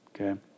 okay